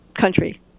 country